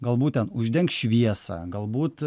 galbūt ten uždengs šviesą galbūt